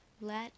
let